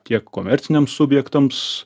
tiek komerciniams subjektams